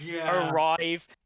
Arrive